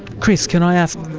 chris, can i ask,